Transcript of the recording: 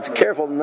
careful